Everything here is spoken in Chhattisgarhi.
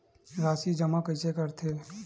राशि जमा कइसे करथे?